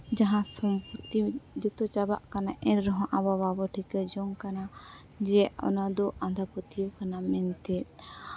ᱡᱟᱦᱟᱸ ᱥᱚᱢᱯᱚᱛᱛᱤ ᱡᱚᱛᱚ ᱪᱟᱵᱟᱜ ᱠᱟᱱᱟ ᱮᱱ ᱨᱮᱦᱚᱸ ᱟᱵᱚ ᱵᱟᱵᱚᱱ ᱴᱷᱤᱠᱟᱹ ᱡᱚᱝ ᱠᱟᱱᱟ ᱡᱮ ᱚᱱᱟᱫᱚ ᱟᱸᱫᱷᱟ ᱯᱟᱹᱛᱭᱟᱹᱣ ᱠᱟᱱᱟ ᱢᱮᱱᱛᱮ